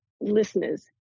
listeners